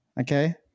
okay